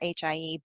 HIE